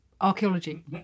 archaeology